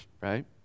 Right